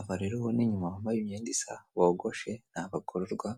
Aba rero ubona inyuma bambaye imyenda isa, bogoshe, ni abagororwa;